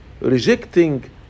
rejecting